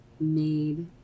made